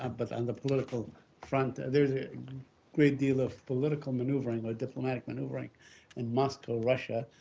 ah but on the political front. there's a great deal of political maneuvering or diplomatic maneuvering in moscow, russia,